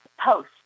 post